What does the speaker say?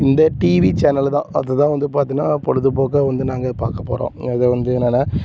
இந்த TV channel தான் அது தான் வந்து பார்த்தினா பொழுதுபோக்காக வந்து நாங்கள் பார்க்க போகிறோம் அது வந்து என்னன்னால்